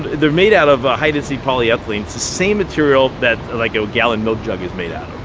they're made out of a high-density polyethylene. it's the same material that like a gallon milk jug is made out